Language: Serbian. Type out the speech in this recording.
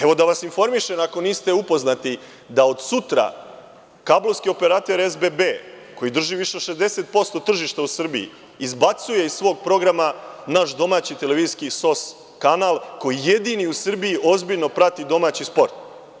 Evo, da vas informišem, ako niste upoznati, da od sutra kablovski operater SBB, koji drži više od 60% tržišta u Srbiji, izbacuje iz svog programa naš domaći televizijski SOS kanal, koji jedini u Srbiji ozbiljno prati domaći sport.